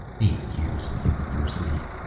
eight years of university,